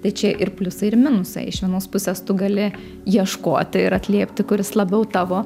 tai čia ir pliusai ir minusai iš vienos pusės tu gali ieškoti ir atliepti kuris labiau tavo